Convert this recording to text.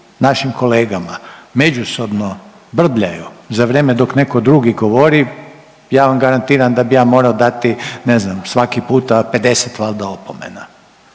našim kolegama međusobno brbljaju za vrijeme dok neko drugi govori ja vam garantiram da bi ja morao dati ne znam svaki puta 50 valda opomena,